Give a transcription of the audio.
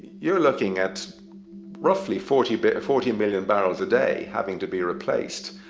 you're looking at roughly fourteen but fourteen million barrels a day having to be replaced.